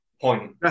point